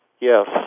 Yes